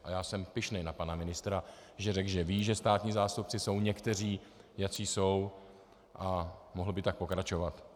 A já jsem pyšný na pana ministra, že řekl, že ví, že státní zástupci jsou někteří, jací jsou, a mohl by tak pokračovat.